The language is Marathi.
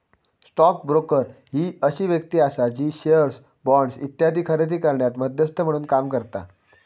स्टॉक ब्रोकर ही अशी व्यक्ती आसा जी शेअर्स, बॉण्ड्स इत्यादी खरेदी करण्यात मध्यस्थ म्हणून काम करता